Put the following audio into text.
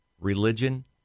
religion